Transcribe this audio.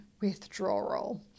withdrawal